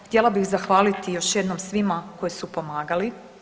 Htjela bih zahvaliti još jednom svima koji su pomagali.